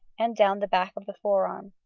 and down the back of the forearm.